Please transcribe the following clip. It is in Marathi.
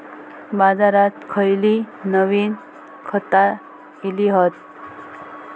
बाजारात खयली नवीन खता इली हत?